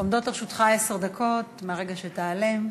עומדות לרשותך עשר דקות מהרגע שתעלה.